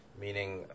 meaning